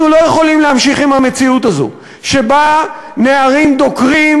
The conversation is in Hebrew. אנחנו לא יכולים להמשיך עם המציאות הזאת שבה נערים דוקרים